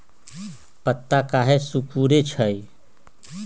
पत्ता काहे सिकुड़े छई?